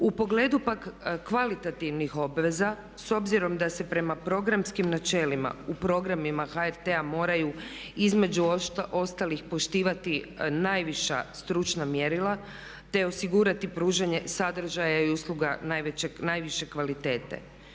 U pogledu pak kvalitativnih obveza s obzirom da se prema programskim načelima u programima HRT-a moraju između ostalih poštivati najviša stručna mjerila, te osigurati pružanje sadržaja i usluga najviše kvalitete.